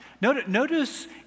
Notice